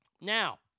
Now